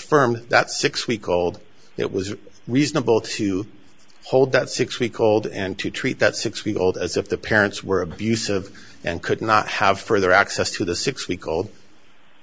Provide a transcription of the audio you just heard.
firmed that six week old it was reasonable to hold that six week old and to treat that six week old as if the parents were abusive and could not have further access to the six week old